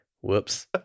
Whoops